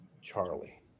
Charlie